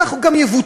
כך הוא גם יבוטל.